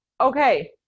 Okay